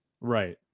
right